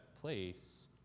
place